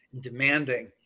demanding